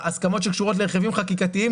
ההסכמות שקשורות לרכיבים חקיקתיים,